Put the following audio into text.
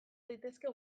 daitezke